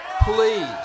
please